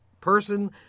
person